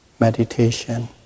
meditation